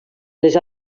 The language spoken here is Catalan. les